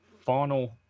Final